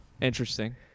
Interesting